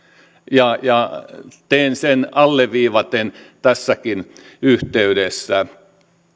ja ja teen sen alleviivaten tässäkin yhteydessä